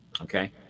Okay